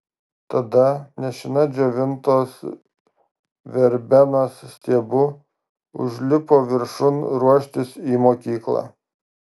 tada nešina džiovintos verbenos stiebu užlipo viršun ruoštis į mokyklą